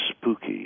spooky